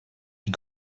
die